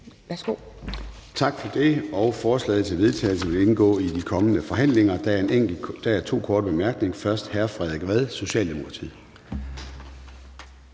Tak for det. Forslaget til vedtagelse vil indgå i de videre forhandlinger. Der er to korte bemærkninger. Først er det hr. Frederik Vad, Socialdemokratiet.